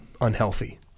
unhealthy